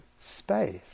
space